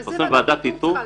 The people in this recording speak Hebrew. אבל זה ועדת האיתור צריכה לעשות.